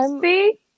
See